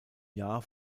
jahr